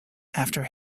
after